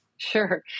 Sure